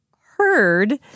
heard